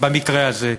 במקרה הזה.